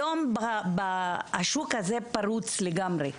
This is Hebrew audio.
היום, השוק הזה פרוץ לגמרי.